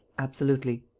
absolutely.